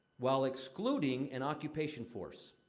while excluding an occupation force.